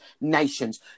nations